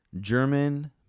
German